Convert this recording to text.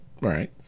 right